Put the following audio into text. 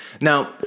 Now